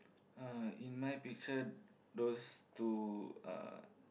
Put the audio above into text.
uh in my picture those two are